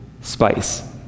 spice